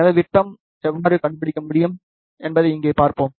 எனவே விட்டம் எவ்வாறு கண்டுபிடிக்க முடியும் என்பதை இப்போது பார்ப்போம்